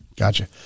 Gotcha